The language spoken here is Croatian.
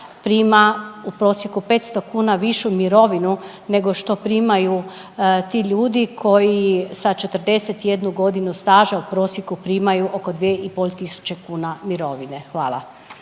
prima u prosjeku 500 kuna višu mirovinu nego što primaju ti ljudi koji sa 41 godinu staža u prosjeku primaju oko 2,5 tisuće kuna mirovine. Hvala.